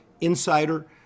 insider